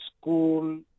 school